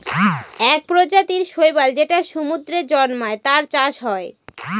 এক প্রজাতির শৈবাল যেটা সমুদ্রে জন্মায়, তার চাষ হয়